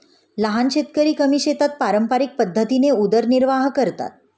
लहान शेतकरी कमी शेतात पारंपरिक पद्धतीने उदरनिर्वाह करतात